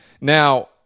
Now